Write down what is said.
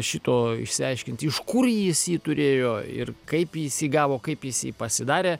šito išsiaiškinti iš kur jis jį turėjo ir kaip jis jį gavo kaip jis jį pasidarė